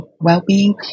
well-being